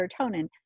serotonin